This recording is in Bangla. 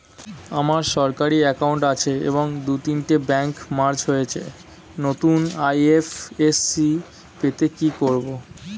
আমার সরকারি একাউন্ট আছে এবং দু তিনটে ব্যাংক মার্জ হয়েছে, নতুন আই.এফ.এস.সি পেতে কি করব?